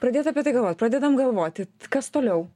pradėt apie tai galvot pradedam galvoti kas toliau